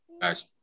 guys